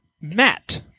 Matt